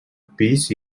pis